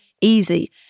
easy